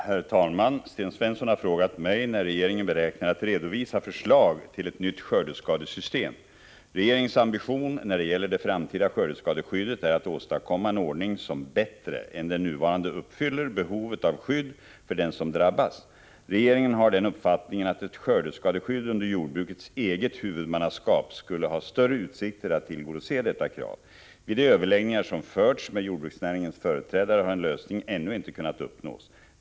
Herr talman! Sten Svensson har frågat mig när regeringen beräknar att redovisa förslag till ett nytt skördeskadesystem. Regeringens ambition när det gäller det framtida skördeskadeskyddet är att åstadkomma en ordning som bättre än den nuvarande uppfyller behovet av skydd för den som drabbas. Regeringen har den uppfattningen att ett skördeskadeskydd under jordbrukets eget huvudmannaskap skulle ha större utsikter att tillgodose detta krav. Vid de överläggningar som förts med jordbruksnäringens företrädare har en lösning ännu inte kunnat uppnås.